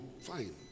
fine